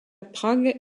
prague